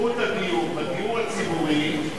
זכות הדיור בדיור הציבורי,